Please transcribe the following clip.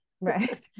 right